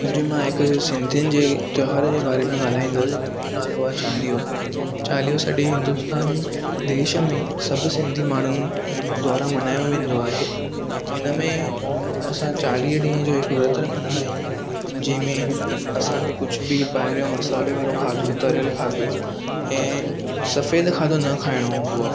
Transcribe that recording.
अॼु मां हिकुड़ो सिंधियुनि जे त्योहार जे बारे में ॻाल्हाईंदुमि जंहिं जो नालो आहे चालीहो चालीहो सॼे हिन्दुस्तान देश में सभु सिंधी माण्हुनि द्वारा मनायो वेंदो आहे हिन में असां चालीह ॾींहंनि जो हिकु व्रत रखंदा आहियूं जंहिं में असां खे कुझु बि ॿाहिरियों मसाले वारो खाधो तरियलु खाधो ऐं सफेदु खाधो न खाइणो हूंदो आहे